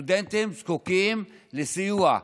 הסטודנטים זקוקים לסיוע,